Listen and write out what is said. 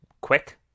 quick